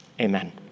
amen